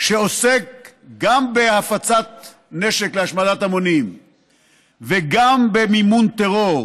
שעוסק גם בהפצת נשק להשמדת המונים וגם במימון טרור,